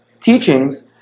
teachings